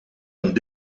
een